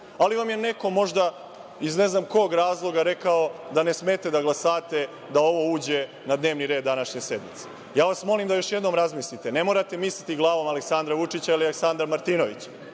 ali vam je neko možda, iz ne znam kog razloga, rekao da ne smete da glasate da ovo uđe na dnevni red današnje sednice. Molim vas da još jednom razmislite. Ne morate misliti glavom Aleksandara Vučića ili Aleksandra Martinovića.